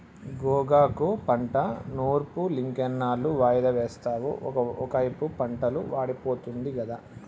గోగాకు పంట నూర్పులింకెన్నాళ్ళు వాయిదా వేస్తావు ఒకైపు పంటలు వాడిపోతుంది గదా